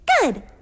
Good